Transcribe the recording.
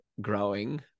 growing